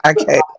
okay